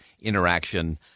interaction